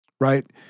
right